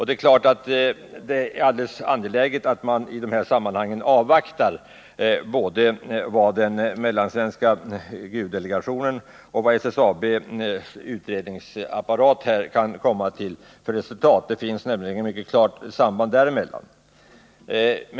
Det är klart att det är angeläget att man avvaktar de resultat som både den mellansvenska gruvdelegationen och SSAB:s utredningsapparat kan komma fram till. Det finns nämligen ett mycket klart samband däremellan.